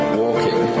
walking